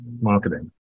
Marketing